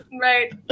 Right